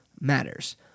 matters